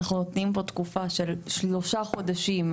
אנחנו נותנים פה תקופה של שלושה חודשים.